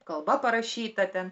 kalba parašyta ten